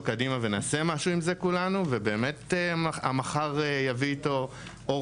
הזה קדימה ונעשה משהו עם זה כולנו ובאמת המחר יביא איתו אור